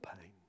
pain